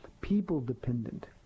people-dependent